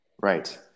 Right